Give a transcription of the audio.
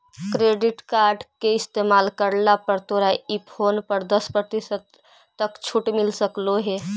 credit card के इस्तेमाल करला पर तोरा ई फोन पर दस प्रतिशत तक छूट मिल सकलों हे